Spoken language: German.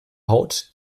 haut